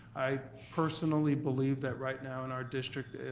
i personally believe that right now in our district,